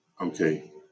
Okay